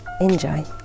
Enjoy